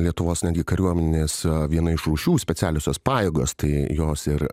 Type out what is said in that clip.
lietuvos kariuomenės viena iš rūšių specialiosios pajėgos tai jos ir